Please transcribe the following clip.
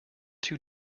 too